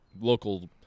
local